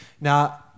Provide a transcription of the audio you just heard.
Now